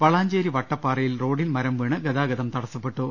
വളാഞ്ചേരി വട്ടപ്പാറയിൽ റോഡിൽ മരം വീണ് ഗതാഗതം തടസ്സപ്പെട്ടു